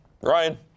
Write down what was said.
Ryan